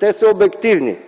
те са обективни.